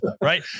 right